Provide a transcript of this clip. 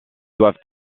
doivent